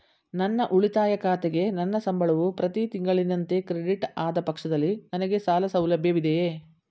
ನನ್ನ ಉಳಿತಾಯ ಖಾತೆಗೆ ನನ್ನ ಸಂಬಳವು ಪ್ರತಿ ತಿಂಗಳಿನಂತೆ ಕ್ರೆಡಿಟ್ ಆದ ಪಕ್ಷದಲ್ಲಿ ನನಗೆ ಸಾಲ ಸೌಲಭ್ಯವಿದೆಯೇ?